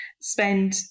spend